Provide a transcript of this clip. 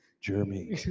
Jeremy